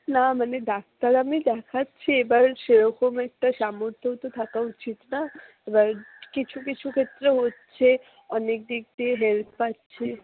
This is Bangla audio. না মানে ডাক্তার আমি দেখাচ্ছি এবার সেরকম একটা সামর্থ্যও তো থাকা উচিত না এবার কিছু কিছু ক্ষেত্রে হচ্ছে অনেক দিক দিয়ে হেল্প পাচ্ছি